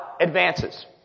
advances